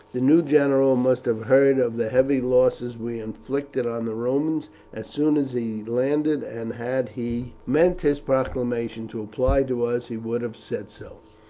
the new general must have heard of the heavy losses we inflicted on the romans as soon as he landed, and had he meant his proclamation to apply to us he would have said so.